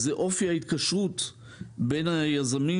הוא אופי ההתקשרות בין היזמים,